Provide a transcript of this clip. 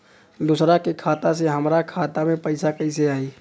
दूसरा के खाता से हमरा खाता में पैसा कैसे आई?